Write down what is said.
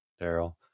Daryl